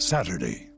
Saturday